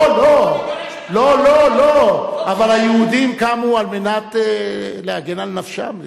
לא לא לא, אבל היהודים קמו להגן על נפשם.